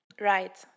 Right